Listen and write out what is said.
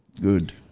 Good